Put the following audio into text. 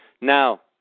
Now